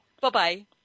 bye-bye